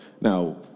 Now